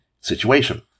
situation